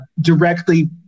directly